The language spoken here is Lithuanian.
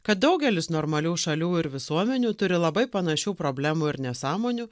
kad daugelis normalių šalių ir visuomenių turi labai panašių problemų ir nesąmonių